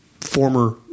former